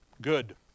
good